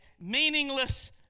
meaningless